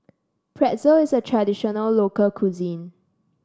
pretzel is a traditional local cuisine